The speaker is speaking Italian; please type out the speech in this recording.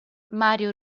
mario